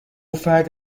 فرد